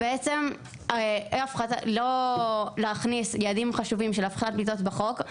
ובעצם לא להכניס יעדים חשובים של הפחתת פליטות בחוק,